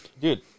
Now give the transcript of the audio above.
Dude